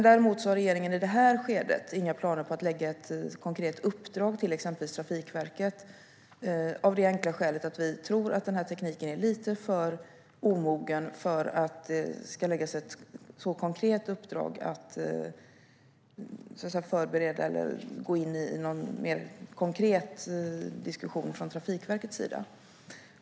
Däremot har regeringen i det här skedet inga planer på att lägga ett uppdrag till exempelvis Trafikverket av det enkla skälet att vi tror att den här tekniken är lite för omogen för att det ska läggas ett så konkret uppdrag att förbereda eller gå in i någon konkret diskussion från Trafikverkets sida.